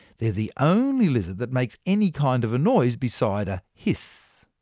they're the only lizard that makes any kind of noise beside a hiss.